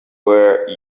where